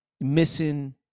missing